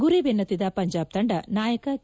ಗುರಿ ಬೆನ್ನತ್ತಿದ ಪಂಜಾಬ್ ತಂಡ ನಾಯಕ ಕೆ